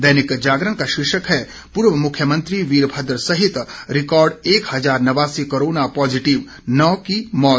दैनिक जागरण का शीर्षक है पूर्व मुख्यमंत्री वीरभद्र सहित रिकॉर्ड एक हजार नवासी कोरोना पॉजिटिव नौ की मौत